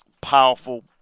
Powerful